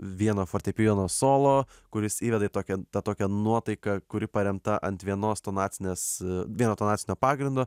vieno fortepijono solo kuris įveda į tokią tą tokią nuotaiką kuri paremta ant vienos tonacinės vieno tonacinio pagrindo